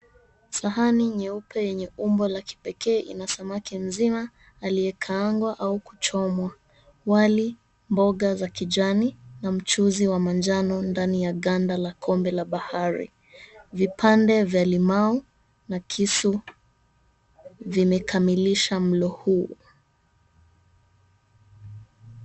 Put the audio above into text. Sahani nyeupe yenye umbo la kipekee ina samaki mzima aliyekaangwa au kuchomwa, wali, mboga za kijani na mchuzi wa manjano ndani ya ganda la kombe la bahari. Vipande vya limau na kisu vimekamilisha mlo huu.